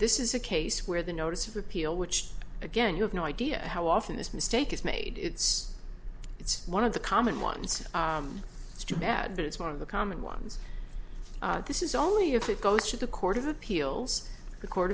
this is a case where the notice of appeal which again you have no idea how often this mistake is made it's it's one of the common ones it's too bad that it's one of the common ones this is only if it goes to the court of appeals